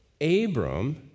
Abram